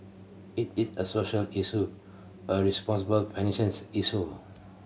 it is a social issue a responsible financings issue